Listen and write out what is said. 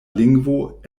lingvo